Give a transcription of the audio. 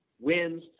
wins